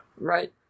Right